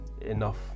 enough